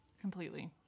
Completely